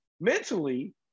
mentally